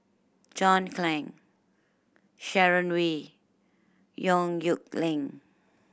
John Clang Sharon Wee Yong Nyuk Lin